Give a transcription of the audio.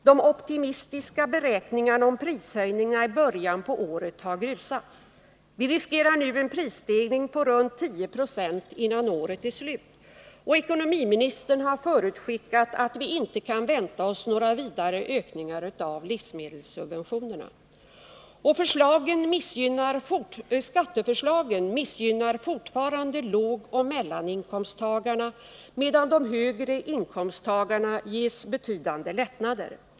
De optimistiska beräkningarna i början av året om prishöjningarna har grusats. Vi riskerar nu en prisstegring på runt 10 96 innan året är slut. Och ekonomiministern har förutskickat att vi inte kan vänta oss några vidare ökningar av livsmedelssubventionerna. Och skatteförslagen missgynnar fortfarande lågoch mellaninkomsttagarna, medan de högre inkomsttagarna ges betydande lättnader.